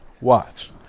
Watch